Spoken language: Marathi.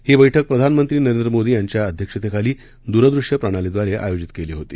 ही बैठक प्रधानमंत्री नरेंद्र मोदी यांच्या अध्यक्षतेखाली दूरदृश्य प्रणालीद्वारे आयोजित करण्यात आली होती